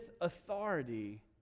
authority